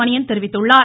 மணியன் தெரிவித்துள்ளார்